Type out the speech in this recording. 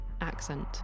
accent